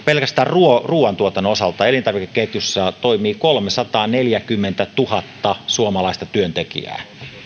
pelkästään ruuantuotannon osalta elintarvikeketjussa toimii kolmesataaneljäkymmentätuhatta suomalaista työntekijää